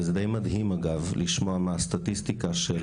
וזה די מדהים אגב לשמוע את הסטטיסטיקה של